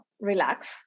relax